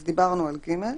אז דיברנו על (ג).